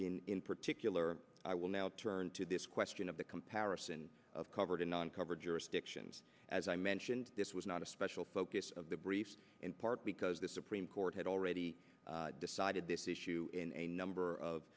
so in particular i will now turn to this question of the comparison of covered non coverage or stiction as i mentioned this was not a special focus of the briefs in part because the supreme court had already decided this issue in a number of